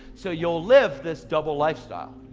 so you'll live this double lifestyle.